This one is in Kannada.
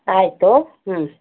ಆಯಿತು ಹ್ಞೂ